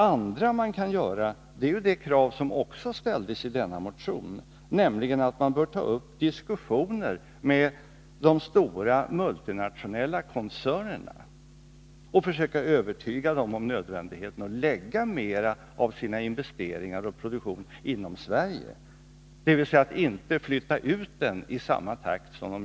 I den socialdemokratiska motionen nämndes också en annan sak som man kan göra, nämligen att ta upp diskussioner med de stora multinationella koncernerna och försöka övertyga dem om nödvändigheten av att förlägga en större del av investeringarna och produktionen inom Sverige, dvs. inte flytta ut produktionen i samma takt som f. n.